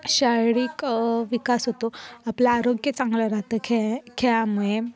शारीरिक विकास होतो आपलं आरोग्य चांगलं राहतं खेळ खेळामुळे